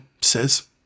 says